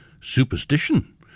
superstition